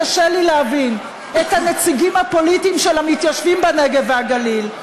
קשה לי להבין את הנציגים הפוליטיים של המתיישבים בנגב והגליל,